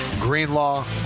Greenlaw